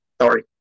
Sorry